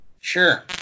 Sure